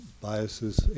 biases